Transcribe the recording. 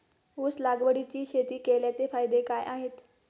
ऊस लागवडीची शेती केल्याचे फायदे काय आहेत?